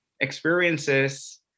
experiences